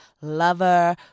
lover